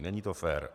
Není to fér.